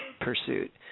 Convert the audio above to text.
pursuit